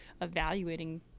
evaluating